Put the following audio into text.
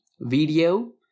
video